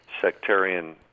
sectarian